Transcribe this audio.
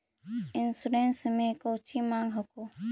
Insurance मे कौची माँग हको?